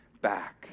back